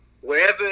wherever